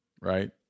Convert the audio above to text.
right